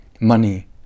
money